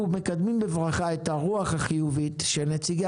אנחנו מקדמים בברכה את הרוח החיובית של נציגי